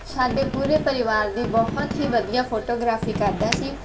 ਸਾਡੇ ਪੂਰੇ ਪਰਿਵਾਰ ਦੀ ਬਹੁਤ ਹੀ ਵਧੀਆ ਫੋਟੋਗ੍ਰਾਫੀ ਕਰਦਾ ਸੀ